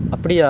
with what